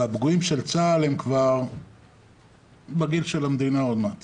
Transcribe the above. הפגועים של צה"ל חלקם כבר בגיל של המדינה עוד מעט